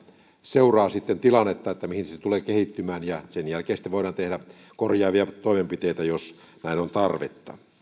seuraa tilannetta mihin se tulee kehittymään ja sen jälkeen voidaan tehdä korjaavia toimenpiteitä jos näihin on tarvetta